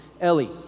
Ellie